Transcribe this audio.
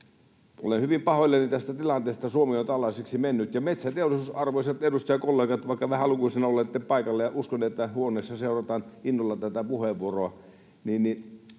Olen hyvin pahoillani tästä tilanteesta, että Suomi on tällaiseksi mennyt. Arvoisat edustajakollegat, — vaikka vähälukuisena olette paikalla, mutta uskon, että huoneissa seurataan innolla tätä puheenvuoroa